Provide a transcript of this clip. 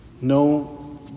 No